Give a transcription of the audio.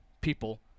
people